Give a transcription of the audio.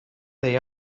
day